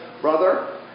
brother